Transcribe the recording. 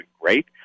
great